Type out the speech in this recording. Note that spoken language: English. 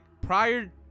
prior